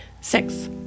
Six